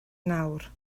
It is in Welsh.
nawr